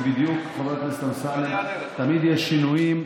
חבר הכנסת אמסלם, תמיד יש שינויים.